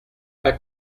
pas